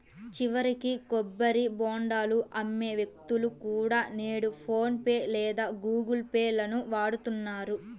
చివరికి కొబ్బరి బోండాలు అమ్మే వ్యక్తులు కూడా నేడు ఫోన్ పే లేదా గుగుల్ పే లను వాడుతున్నారు